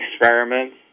experiments